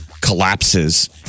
collapses